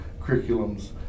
curriculums